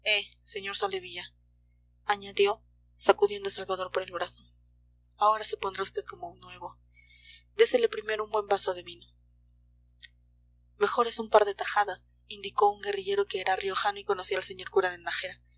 eh sr soldevilla añadió sacudiendo a salvador por el brazo ahora se pondrá vd como nuevo désele primero un buen vaso de vino mejor es un par de tajadas indicó un guerrillero que era riojano y conocía al señor cura de nájera